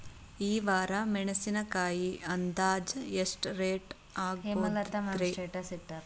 ಈ ವಾರ ಮೆಣಸಿನಕಾಯಿ ಅಂದಾಜ್ ಎಷ್ಟ ರೇಟ್ ಆಗಬಹುದ್ರೇ?